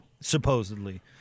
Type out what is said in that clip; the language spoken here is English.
supposedly